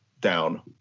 down